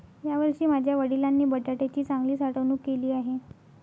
यावर्षी माझ्या वडिलांनी बटाट्याची चांगली साठवणूक केली आहे